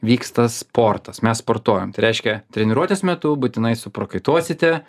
vyksta sportas mes sportuojam tai reiškia treniruotės metu būtinai suprakaituosite